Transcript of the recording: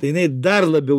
tai jinai dar labiau